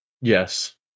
Yes